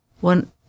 one